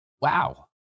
wow